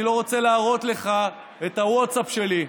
אני לא רוצה להראות לך את הווטסאפ שלי,